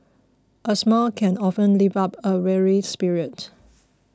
a smile can often lift up a weary spirit